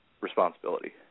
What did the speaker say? responsibility